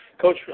Coach